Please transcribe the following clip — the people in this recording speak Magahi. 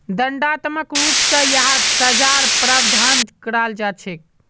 दण्डात्मक रूप स यहात सज़ार प्रावधान कराल जा छेक